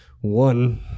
one